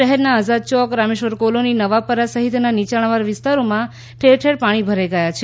શહેરના આઝાદ ચોક રામેશ્વર કોલોની નવાપરા સહિતના નીચાણવાળા વિસ્તારોમાં ઠેર ઠેર પાણી ભરાઈ ગયાં છે